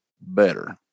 better